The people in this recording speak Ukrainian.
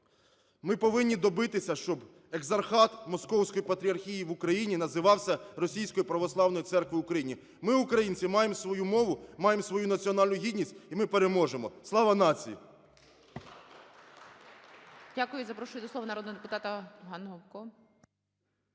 ми повинні добитися, щоб екзархат Московської патріархії в Україні називався Російською православною церквою в Україні. Ми, українці, маємо свою мову, маємо свою національну гідність і ми переможемо. Слава нації!